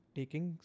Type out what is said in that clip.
taking